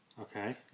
Okay